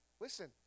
Listen